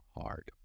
hard